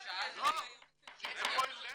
שתבוא אלינו.